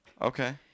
Okay